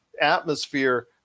atmosphere